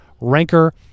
ranker